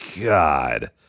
god